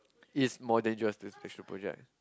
is more dangerous this special project